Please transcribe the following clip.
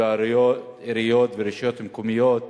ובעיריות וברשויות המקומיות